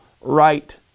right